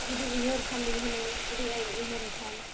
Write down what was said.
ᱡᱩᱫᱤ ᱩᱭᱦᱟᱹᱨ ᱠᱷᱟᱱ ᱫᱩᱧ ᱦᱩᱱᱟᱹᱝ ᱵᱩᱰᱤ ᱟᱭᱳᱧ ᱩᱭᱦᱟᱹᱨᱮ ᱠᱷᱟᱱ